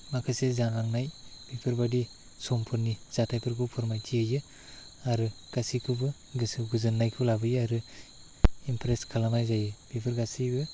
माखासे जालांनाय बिफोरबादि समफोरनि जाथाइफोरखौ फोरमायथि हैयो आरो गासैखौबो गोसो गोजोन्नायखौ लाबोयो आरो इम्प्रेस्ट खालामनाय जायो बेफोर गासैबो